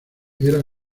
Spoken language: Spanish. era